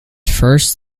first